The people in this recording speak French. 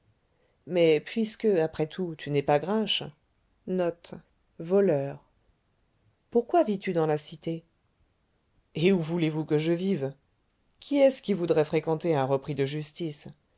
mais puisque après tout tu n'es pas grinche pourquoi vis tu dans la cité et où voulez-vous que je vive qui est-ce qui voudrait fréquenter un repris de justice